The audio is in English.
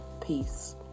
Peace